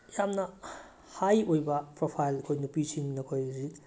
ꯌꯥꯝꯅ ꯍꯥꯏ ꯑꯣꯏꯕ ꯄ꯭ꯔꯣꯐꯥꯏꯜ ꯑꯩꯈꯣꯏ ꯅꯨꯄꯤꯁꯤꯡꯅ ꯅꯈꯣꯏ ꯍꯧꯖꯤꯛ